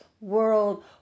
world